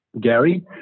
Gary